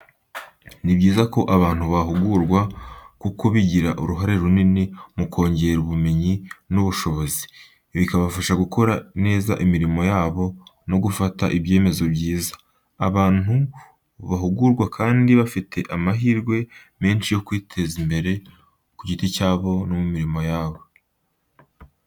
Ni byiza ko abantu bahugurwa kuko bigira uruhare runini mu kongera ubumenyi n’ubushobozi, bikabafasha gukora neza imirimo yabo no gufata ibyemezo byiza. Abantu bahugurwa kandi baba bafite amahirwe menshi yo kwiteza imbere ku giti cyabo, no mu mirimo yabo.